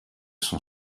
son